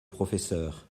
professeur